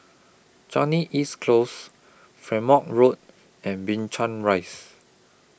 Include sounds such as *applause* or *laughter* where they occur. Changi East Close *unintelligible* Road and Binchang Rise